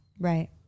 right